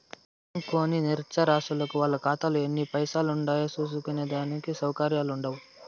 సదుంకోని నిరచ్చరాసులకు వాళ్ళ కాతాలో ఎన్ని పైసలుండాయో సూస్కునే దానికి సవుకర్యాలుండవ్